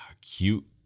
cute